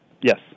Yes